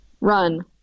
Run